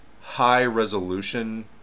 high-resolution